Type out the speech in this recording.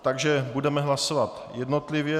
Takže budeme hlasovat jednotlivě.